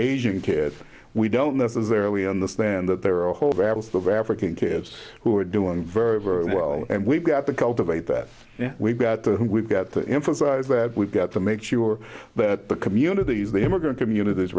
asian kids we don't necessarily understand that there are a whole bag of african kids who are doing very very well and we've got to cultivate that and we've got to we've got to emphasize that we've got to make sure that the communities the immigrant communities